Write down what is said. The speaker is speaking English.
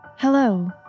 Hello